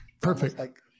Perfect